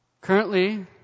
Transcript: Currently